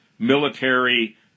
Military